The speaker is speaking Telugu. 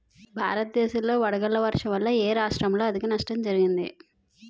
భారతదేశం లో వడగళ్ల వర్షం వల్ల ఎ రాష్ట్రంలో అధిక నష్టం జరిగింది?